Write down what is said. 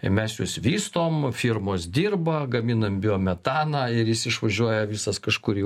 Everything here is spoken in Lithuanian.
ir mes juos vystom firmos dirba gaminam biometaną ir jis išvažiuoja visas kažkur į